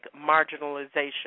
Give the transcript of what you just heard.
Marginalization